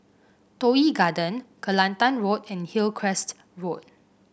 Toh Yi Garden Kelantan Road and Hillcrest Road